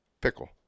Pickle